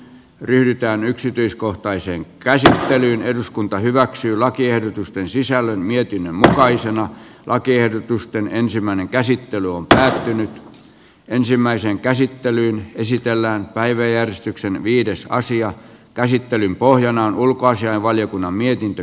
yhtään yksityiskohtaiseen käsittelyyn eduskunta hyväksyy lakiehdotusten sisällön mietin takaisin lakiehdotusten ensimmäinen käsittely on päätynyt ensimmäiseen käsittelyyn esitellään päiväjärjestyksen viides asian käsittelyn pohjana on ulkoasiainvaliokunnan mietintö